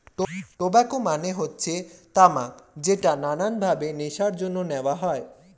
tobacco মানে হচ্ছে তামাক যেটা নানান ভাবে নেশার জন্য নেওয়া হয়